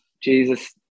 Jesus